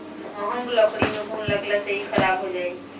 महँग लकड़ी में घुन लगला से इ खराब हो जाई